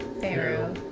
pharaoh